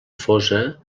fosa